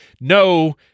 no